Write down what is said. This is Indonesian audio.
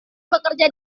bekerja